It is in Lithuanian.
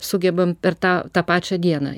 sugebam per tą tą pačią dieną